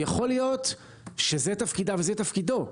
יכול להיות שזה תפקידה וזה תפקידו,